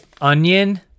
onion